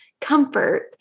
comfort